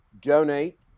donate